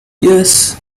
yes